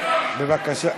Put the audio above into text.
בבקשה.